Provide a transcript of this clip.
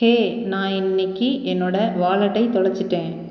ஹே நான் இன்னைக்கி என்னோட வாலெட்டை தொலைச்சுட்டேன்